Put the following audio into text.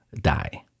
die